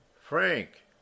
Frank